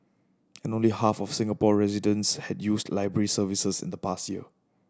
and only half of Singapore residents had used library services in the past year